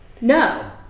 No